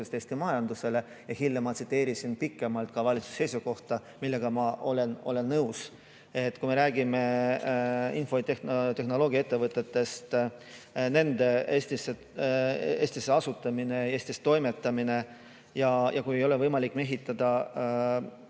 Eesti majandusele. Hiljem ma tsiteerisin pikemalt ka valitsuse seisukohta, millega ma olen nõus. Kui me räägime infotehnoloogia ettevõtetest, nende Eestis asutamisest ja Eestis toimetamisest, siis kui ei ole võimalik mehitada